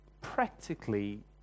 practically